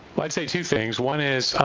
like say two things. one is,